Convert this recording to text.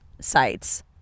sites